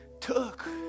took